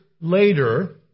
later